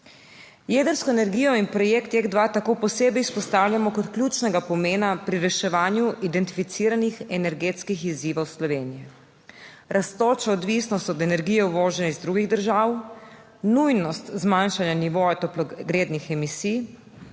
Jedrsko energijo in projekt JEK2 tako posebej izpostavljamo kot ključnega pomena pri reševanju identificiranih energetskih izzivov Slovenije rastočo odvisnost od energije v vožnji iz drugih držav, nujnost zmanjšanja nivoja toplogrednih emisij,